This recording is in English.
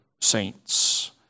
saints